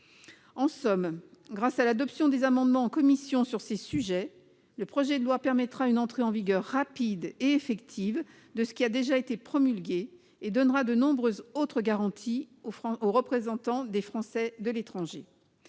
En somme, grâce à l'adoption en commission d'amendements relatifs à ces sujets, le projet de loi permettra une entrée en vigueur rapide et effective de ce qui a déjà été promulgué, et donnera de nombreuses autres garanties aux représentants des Français de l'étranger.